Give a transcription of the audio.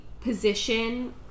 position